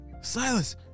Silas